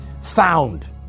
found